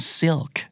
silk